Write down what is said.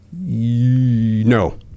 No